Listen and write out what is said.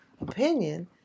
opinion